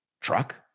truck